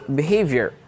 behavior